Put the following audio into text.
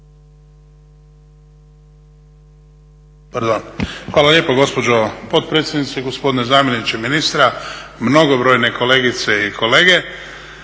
Hvala lijepo gospođo potpredsjednice. Gospodine zamjeniče ministra, mnogobrojne kolegice i kolege.